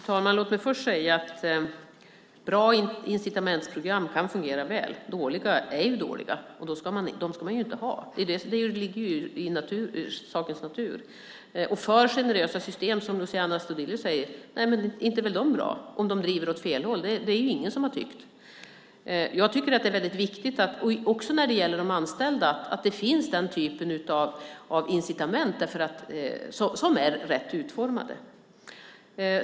Fru talman! Låt mig först säga att bra incitamentsprogram kan fungera väl. Dåliga incitamentsprogram är dåliga. Dem ska man inte ha. Det ligger i sakens natur. Alltför generösa system, som Luciano Astudillo pratar om, är ju inte bra. Det är inte bra om de driver åt fel håll; det är det ingen som har tyckt. Jag tycker att det är viktigt att det finns den typ av incitament som är rätt utformade också när det gäller de anställda.